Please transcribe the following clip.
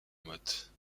motte